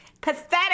pathetic